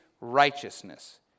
righteousness